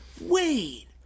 Wait